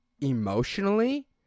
emotionally